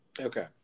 Okay